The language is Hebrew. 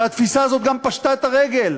והתפיסה הזאת גם פשטה את הרגל,